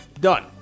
Done